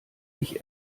ich